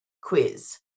quiz